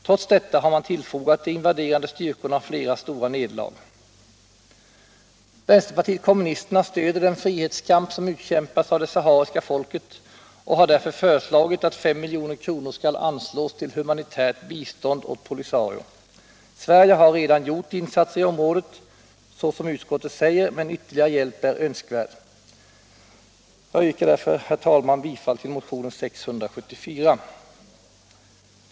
Trots detta har man tillfogat de invaderande styrkorna flera stora nederlag. Vpk stöder den frihetskamp som utkämpas av det sahariska folket och har därför föreslagit att 5 milj.kr. skall anslås till humanitärt bistånd åt POLISARIO. Sverige har redan gjort insatser i området, såsom utskottet säger, men ytterligare hjälp är önskvärd. Herr talman! Jag yrkar bifall till motionen 674.